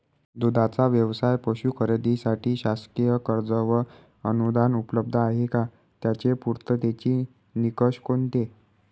दूधाचा व्यवसायास पशू खरेदीसाठी शासकीय कर्ज व अनुदान उपलब्ध आहे का? त्याचे पूर्ततेचे निकष कोणते?